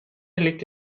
liegt